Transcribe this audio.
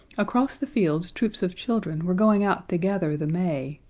across the fields troops of children were going out to gather the may,